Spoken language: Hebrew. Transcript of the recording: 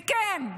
וכן,